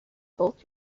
both